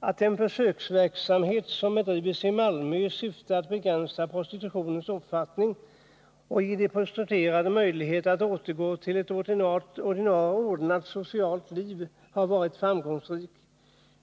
att den försöksverksamhet som bedrivits i Malmö i syfte att begränsa prostitutionens omfattning och ge de prostituerade möjligheter att återgå till ett ordnat socialt liv har varit framgångsrik.